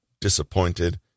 disappointed